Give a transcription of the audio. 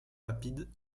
rapide